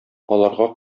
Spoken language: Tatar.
аларга